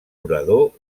orador